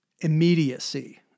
immediacy